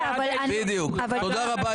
תודה רבה.